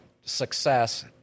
success